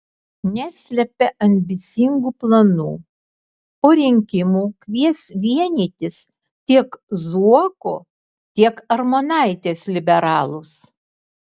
neslepia ambicingų planų po rinkimų kvies vienytis tiek zuoko tiek armonaitės liberalus